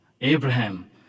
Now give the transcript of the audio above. Abraham